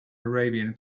arabian